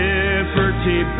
Liberty